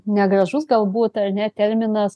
negražus galbūt ar ne terminas